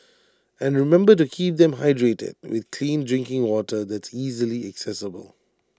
and remember to keep them hydrated with clean drinking water that's easily accessible